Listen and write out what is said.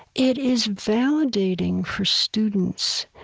it is validating for students,